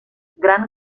gran